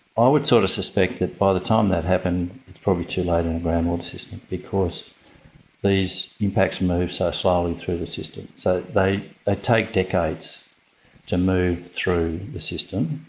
i would sort of suspect that by the time that happened it's probably too late in a groundwater system because these impacts move so slowly through the system. so they ah take decades to move through the system,